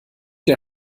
der